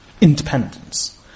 independence